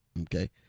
Okay